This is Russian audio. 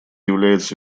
является